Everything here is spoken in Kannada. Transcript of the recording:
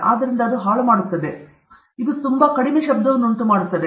ಆದ್ದರಿಂದ ಅದು ಹಾಳುಮಾಡುತ್ತದೆ ಮತ್ತು ಇದು ತುಂಬಾ ಕಡಿಮೆ ಶಬ್ದವನ್ನು ಉಂಟುಮಾಡುತ್ತದೆ